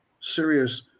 serious